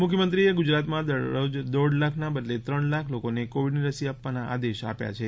મુખ્યમંત્રીએ ગુજરાતમાં દરરોજ દોઢ લાખના બદલે ત્રણ લાખ લોકોને કોવિડની રસી આપવાના આદેશ આપ્યા છે